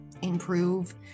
Improve